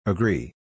Agree